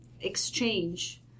exchange